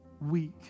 weak